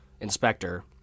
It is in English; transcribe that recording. inspector